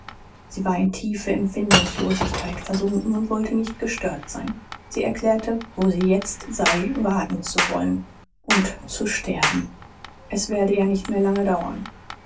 sie war in tiefe empfindungslosigkeit versunken und wollte nicht gestört sein sie erklärte wo sie jetzt sei warten zu wollen und zu sterben es werde ja nicht mehr lange dauern